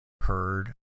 heard